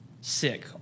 sick